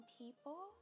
people